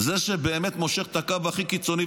זה שבאמת מושך את הקו הכי קיצוני,